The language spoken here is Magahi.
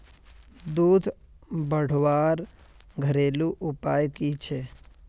दूध बढ़वार घरेलू उपाय की छे?